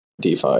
DeFi